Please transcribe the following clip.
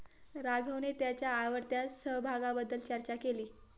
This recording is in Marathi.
राघवने त्याच्या आवडत्या समभागाबद्दल चर्चा केली